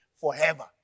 forever